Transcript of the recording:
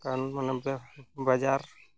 ᱢᱟᱱᱮ ᱵᱟᱡᱟᱨ